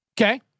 okay